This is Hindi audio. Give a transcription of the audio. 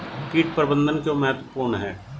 कीट प्रबंधन क्यों महत्वपूर्ण है?